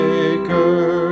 Maker